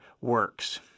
works